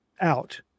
out